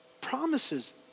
promises